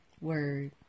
Word